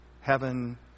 heaven